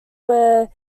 were